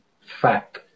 Fact